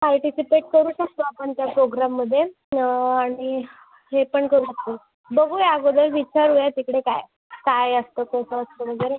participate करू शकतो आपण त्या प्रोग्राममध्ये आणि हे पण करू शकतो बघूया आगोदर विचारूया तिकडे काय काय असतं कसं असतं वगैरे